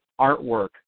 artwork